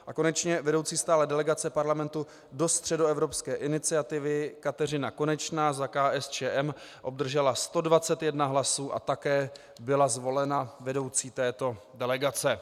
A konečně vedoucí stálé delegace Parlamentu do Středoevropské iniciativy Kateřina Konečná za KSČM obdržela 121 hlas a také byla zvolena vedoucí této delegace.